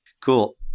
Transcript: Cool